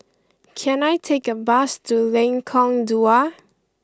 can I take a bus to Lengkong Dua